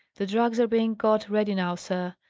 the drags are being got ready now, sir.